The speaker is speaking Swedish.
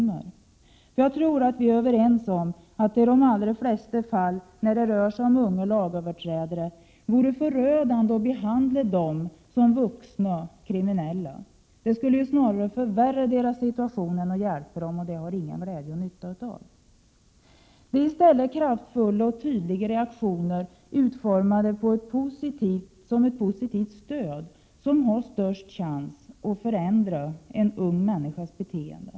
För jag tror vi är överens om att det i de allra flesta fall, när det rör sig om unga lagöverträdare, vore förödande att behandla dem som vuxna kriminella. Det skulle snarare förvärra deras situation än hjälpa dem. Och det har ingen glädje och nytta av. Det är i stället kraftfulla och tydliga reaktioner utformade som ett positivt stöd, som har störst chans att ändra en ung människas beteende.